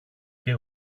και